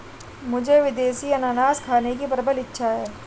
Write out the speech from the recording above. मुझे विदेशी अनन्नास खाने की प्रबल इच्छा है